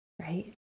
right